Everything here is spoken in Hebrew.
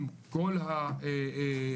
אם כל ההטבות